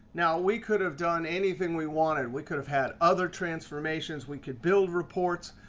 now we could have done anything we wanted. we could have had other transformations. we could build reports.